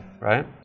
right